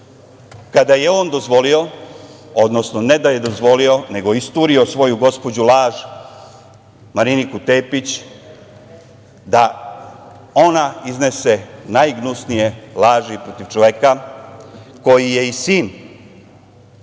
kada je on dozvolio, odnosno ne da je dozvolio, nego isturio svoju gospođu laž, Mariniku Tepić, da ona iznese najgnusnije laži protiv čoveka koji je i sin i